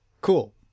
Cool